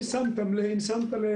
אם שמת לב,